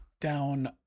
down